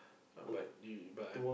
uh but you but I